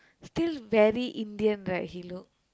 still very Indian right he look